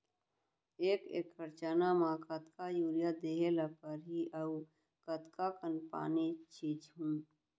एक एकड़ चना म कतका यूरिया देहे ल परहि अऊ कतका कन पानी छींचहुं?